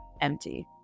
empty